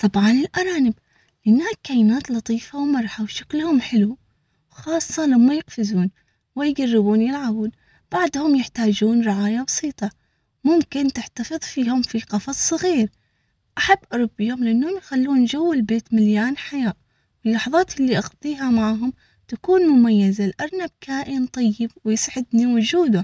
طبعا الأرانب، لأنها كائنات لطيفة ومرحة وشكلهم حلو، خاصة لما يقفزون ويقربون يلعبون بعدهم، يحتاجون رعاية بسيطة ممكن تحتفظ فيهم في قفص صغير أحب أربيهم لأنهم يخلون جو البيت مليان حياة في اللحظات اللي أقضيها معهم تكون.